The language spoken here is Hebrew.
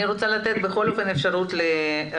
אני רוצה לתת בכל אופן אפשרות לרב